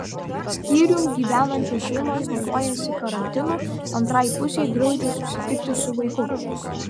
skyrium gyvenančios šeimos naudojasi karantinu antrai pusei draudžia susitikti su vaiku